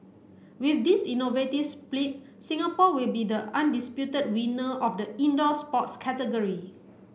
with this innovative split Singapore will be the undisputed winner of the indoor sports category